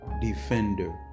defender